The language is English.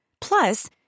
Plus